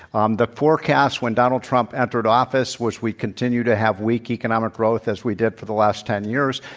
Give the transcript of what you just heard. um the forecast, when donald trump entered office, was we continue to have weak economic growth, as we did for the last ten years.